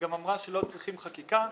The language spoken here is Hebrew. גם אמרה שלא צריכים חקיקה.